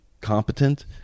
competent